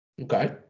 Okay